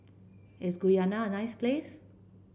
is Guyana a nice place